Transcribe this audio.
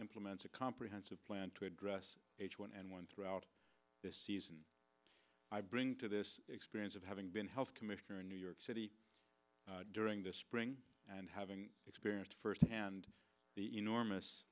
implements a comprehensive plan to address h one n one throughout the season i bring to this experience of having been health commissioner in new york city during the spring and having experienced firsthand the enormous